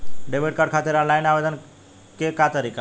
Debit card खातिर online आवेदन के का तरीकि ह?